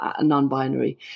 non-binary